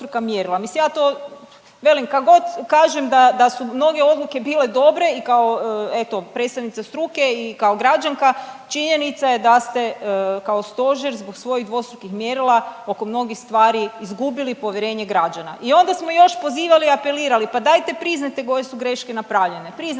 mislim ja to velik kad god kažem da da su mnoge odluke bile dobre i kao eto predstavnica struke i kao građanka, činjenica je da ste kao Stožer zbog svojih dvostrukih mjerila oko mnogih stvari izgubili povjerenje građana. I onda smo još pozivali i apelirali. Pa dajte priznajte koje su greške napravljene, priznajte